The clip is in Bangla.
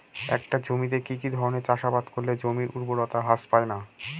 একটা জমিতে কি কি ধরনের চাষাবাদ করলে জমির উর্বরতা হ্রাস পায়না?